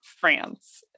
France